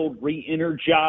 re-energized